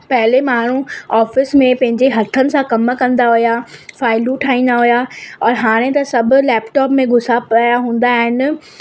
पहिले माण्हू ऑफिस में पंहिंजे हथनि सां कम कंदा हुआ फाइलू ठाहींदा हुआ औरि हाणे त सब लैपटॉप में घुसा पिया हूंदा आहिनि